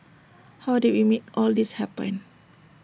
how did we make all this happen